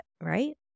right